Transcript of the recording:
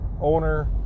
Owner